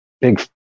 big